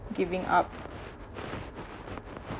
giving up